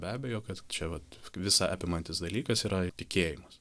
be abejo kad čia vat visa apimantis dalykas yra tikėjimas